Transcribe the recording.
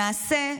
למעשה,